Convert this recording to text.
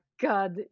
God